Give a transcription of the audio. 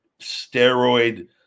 steroid